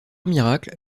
miracle